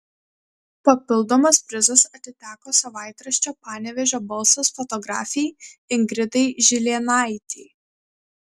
papildomas prizas atiteko savaitraščio panevėžio balsas fotografei ingridai žilėnaitei